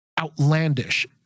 outlandish